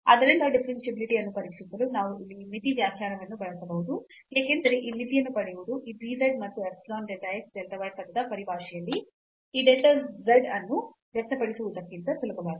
ಆದ್ದರಿಂದ ಡಿಫರೆನ್ಷಿಯಾಬಿಲಿಟಿ ಅನ್ನು ಪರೀಕ್ಷಿಸಲು ನಾವು ಇಲ್ಲಿ ಈ ಮಿತಿ ವ್ಯಾಖ್ಯಾನವನ್ನು ಬಳಸಬಹುದು ಏಕೆಂದರೆ ಈ ಮಿತಿಯನ್ನು ಪಡೆಯುವುದು ಈ dz ಮತ್ತು epsilon delta x delta y ಪದದ ಪರಿಭಾಷೆಯಲ್ಲಿ ಈ delta z ಅನ್ನು ವ್ಯಕ್ತಪಡಿಸುವುದಕ್ಕಿಂತ ಸುಲಭವಾಗಿದೆ